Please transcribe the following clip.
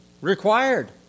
required